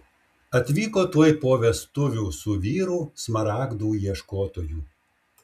atvyko tuoj po vestuvių su vyru smaragdų ieškotoju